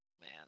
Man